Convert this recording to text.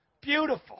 Beautiful